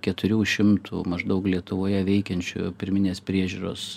keturių šimtų maždaug lietuvoje veikiančių pirminės priežiūros